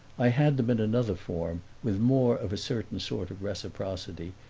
i had them in another form, with more of a certain sort of reciprocity,